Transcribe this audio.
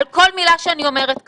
על כל מילה שאני אומרת כאן.